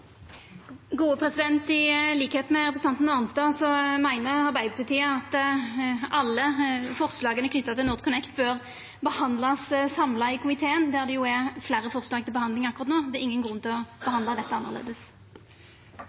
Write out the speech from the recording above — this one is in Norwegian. med representanten Arnstad meiner Arbeidarpartiet at alle forslaga knytte til NorthConnect bør behandlast samla i komiteen, der det jo er fleire forslag til behandling akkurat no. Det er ingen grunn til å behandla dette